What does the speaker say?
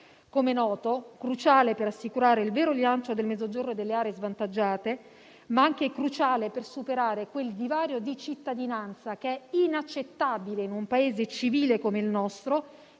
come noto - cruciale per assicurare il vero rilancio del Mezzogiorno e delle aree svantaggiate, ma anche cruciale per superare quel divario di cittadinanza inaccettabile in un Paese civile come il nostro